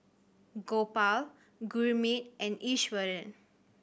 Gopal Gurmeet and Iswaran